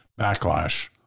backlash